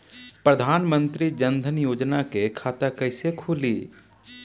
प्रधान मंत्री जनधन योजना के खाता कैसे खुली?